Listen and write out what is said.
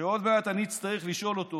עוד מעט אני אצטרך לשאול אותו